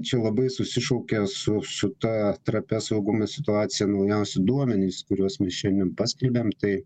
čia labai susišaukia su su ta trapia saugumo situacija naujausi duomenys kuriuos mišiniu paskelbėm tai